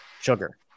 Sugar